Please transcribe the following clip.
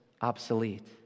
obsolete